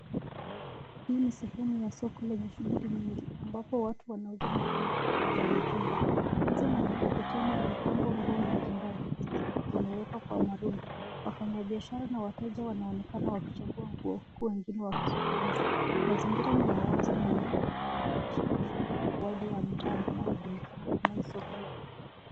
Hii ni sehemu ya soko lenye shughuli nyingi ambapo watu wanuza na kununua nguo za mitumba. Meza na mikokoteni imepangwa nguo mbalimbali zikiwa zimewekwa kwa marundo. Wafanyabiashara na wateja wanaonekana wakichagua nguo huku wengine wakizungumza. Mazingira ni ya wazi na ya yenye pilka yakionyesha biashara ya kawaida ya mtaani inayojulikana kama soko la jumla.